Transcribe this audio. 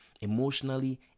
emotionally